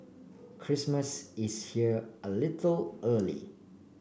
Christmas is here a little early